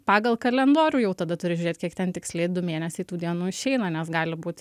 pagal kalendorių jau tada turi žiūrėt kiek ten tiksliai du mėnesiai tų dienų išeina nes gali būt